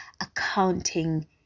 accounting